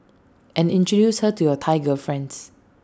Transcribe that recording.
and introduce her to your Thai girlfriends